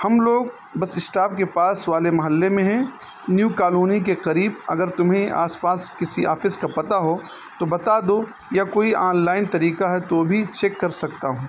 ہم لوگ bus stop کے پاس والے محلے میں ہیں نیو کالونی کے قریب اگر تمہیں آس پاس کسی آفس کا پتہ ہو تو بتا دو یا کوئی آن لائن طریقہ ہے تو بھی چیک کر سکتا ہوں